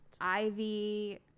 Ivy